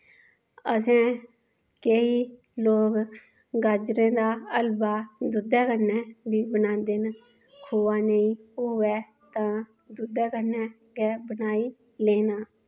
असैं केई लोग गाजरें दा हलवा दुध्दै कन्नै बी बनांदे न खोआ नेईं होऐ तां दुध्दै कन्नै गै बनाई लैना